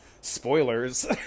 spoilers